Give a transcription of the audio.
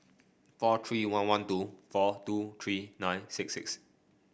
four three one one two four two three nine six